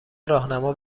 راهنما